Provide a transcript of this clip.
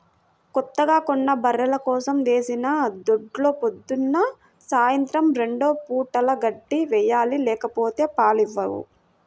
కొత్తగా కొన్న బర్రెల కోసం వేసిన దొడ్లో పొద్దున్న, సాయంత్రం రెండు పూటలా గడ్డి వేయాలి లేకపోతే పాలు ఇవ్వవు